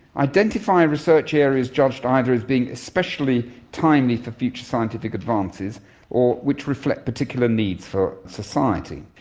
identify research areas judged either as being especially timely for future scientific advances or which reflect particular needs for society.